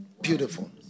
Beautiful